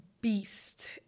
beast